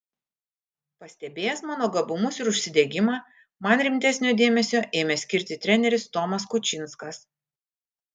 pastebėjęs mano gabumus ir užsidegimą man rimtesnio dėmesio ėmė skirti treneris tomas kučinskas